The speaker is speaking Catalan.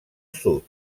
sud